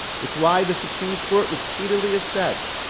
it's why the supreme court repeatedly has said,